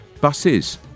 Buses